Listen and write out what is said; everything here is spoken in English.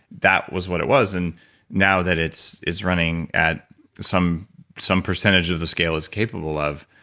that was what it was. and now that it's it's running at some some percentage of the scale it's capable of,